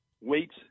weights